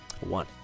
One